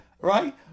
Right